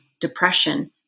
depression